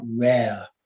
rare